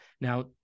now